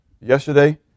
Yesterday